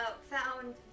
found